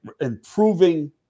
improving